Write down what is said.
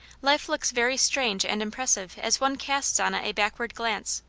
life looks very strange and impressive as one casts on it a back ward glance.